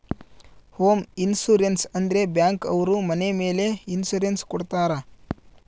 home insurance ಅಂದ್ರೆ bank ಅವ್ರು ಮನೆ ಮೇಲೆ ಇನ್ಸೂರೆನ್ಸ್ ಕೊಡ್ತಾರ